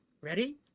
Ready